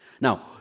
Now